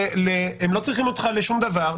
הם לא צריכים אותך לשום דבר.